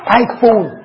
iPhone